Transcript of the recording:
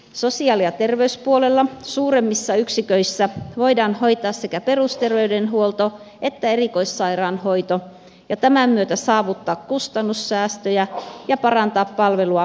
sosiaali ja terveyspuolella suuremmissa yksiköissä voidaan hoitaa sekä perusterveydenhuolto että erikoissairaanhoito ja tämän myötä saavuttaa kustannussäästöjä ja parantaa palvelua erikoistumisen kautta